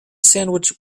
sandwich